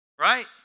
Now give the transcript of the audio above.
Right